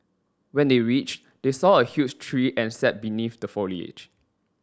when they reached they saw a huge tree and sat beneath the foliage